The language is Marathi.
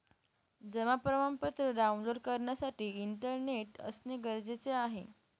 जमा प्रमाणपत्र डाऊनलोड करण्यासाठी इंटरनेट असणे गरजेचे आहे